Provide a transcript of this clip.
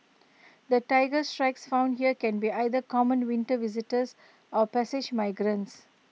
the Tiger Shrikes found here can be either common winter visitors or passage migrants